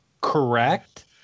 correct